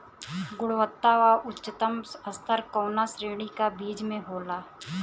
गुणवत्ता क उच्चतम स्तर कउना श्रेणी क बीज मे होला?